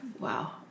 Wow